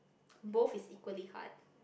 both is equally hard